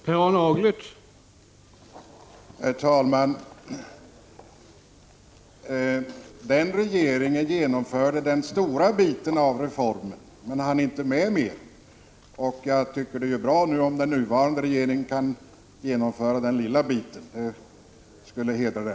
Herr talman! Den regeringen genomförde den stora biten av reformen — den hann inte med mer. Jag tycker att det är bra om den nuvarande regeringen kan genomföra den lilla biten. Det skulle hedra den.